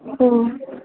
ஓ